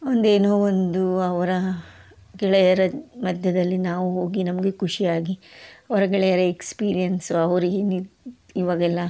ಒಂದೇನೋ ಒಂದು ಅವರ ಗೆಳೆಯರ ಮಧ್ಯದಲ್ಲಿ ನಾವು ಹೋಗಿ ನಮಗೆ ಖುಷಿ ಆಗಿ ಅವರ ಗೆಳೆಯರ ಎಕ್ಸ್ಪೀರಿಯನ್ಸ್ ಅವ್ರಿಗೇನಿತ್ತು ಇವಾಗೆಲ್ಲ